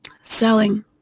selling